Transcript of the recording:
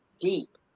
deep